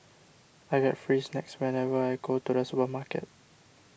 I get free snacks whenever I go to the supermarket